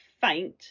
faint